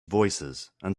voicesand